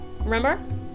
Remember